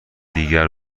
دیگر